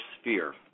sphere